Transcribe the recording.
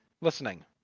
listening